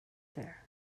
there